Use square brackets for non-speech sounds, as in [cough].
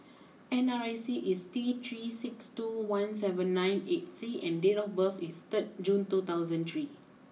N R I C is T three six two one seven nine eight C and date of birth is [unintelligible] two thousand three